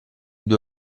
due